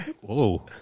Whoa